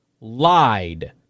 lied